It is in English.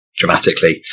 dramatically